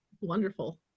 Wonderful